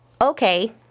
okay